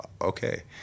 okay